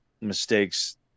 mistakes